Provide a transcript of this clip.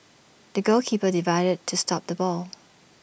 the goalkeeper dived to stop the ball